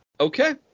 Okay